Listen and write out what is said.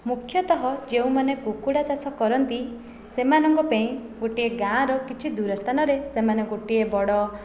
ମୁଖ୍ୟତଃ ଯେଉଁମାନେ କୁକୁଡ଼ା ଚାଷ କରନ୍ତି ସେମାନଙ୍କ ପାଇଁ ଗୋଟିଏ ଗାଁର କିଛି ଦୂର ସ୍ଥାନରେ ସେମାନେ ଗୋଟିଏ ବଡ଼